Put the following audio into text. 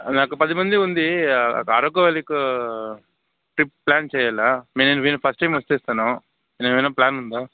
నాకు పది మంది ఉంది అరకు వెళ్ళేకు ట్రిప్ ప్లాన్ చేయాలా మేము వేరే ఫస్ట్ టైం వచ్చేస్తున్నాం ఏదైనా ప్లాన్ ఉందా